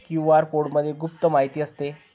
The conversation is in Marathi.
क्यू.आर कोडमध्ये गुप्त माहिती असते